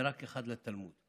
ורק אחד לתלמוד.